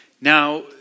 Now